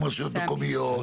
--- עזוב את ותמ"ל.